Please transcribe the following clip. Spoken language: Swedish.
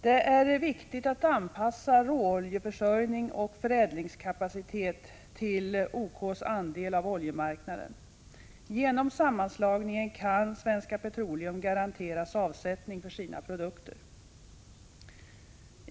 Det är viktigt att anpassa råoljeförsörjning och förädlingskapacitet till OK:s andel av oljemarknaden. Genom sammanslagning kan SP garanteras avsättning för sina produkter.